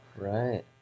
Right